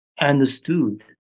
understood